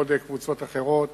ועוד קבוצות אחרות,